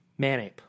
Manape